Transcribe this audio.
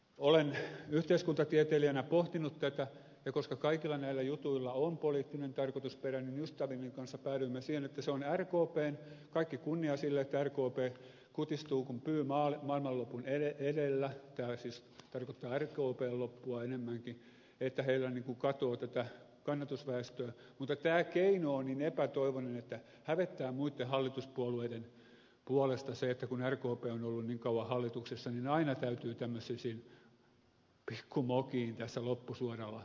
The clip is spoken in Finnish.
olen yhteiskuntatieteilijänä pohtinut tätä ja koska kaikilla näillä jutuilla on poliittinen tarkoitusperä niin ystävieni kanssa päädyin siihen että se on rkpn tarkoitusperä kaikki kunnia sille että rkp kutistuu kuin pyy maailmanlopun edellä tämä siis tarkoittaa rkpn loppua enemmänkin että heiltä katoaa tätä kannatusväestöä mutta tämä keino on niin epätoivoinen että hävettää muitten hallituspuolueiden puolesta se että kun rkp on ollut niin kauan hallituksessa niin aina täytyy tämmöisiin pikku mokiin tässä loppusuoralla sortua